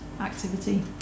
activity